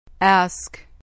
Ask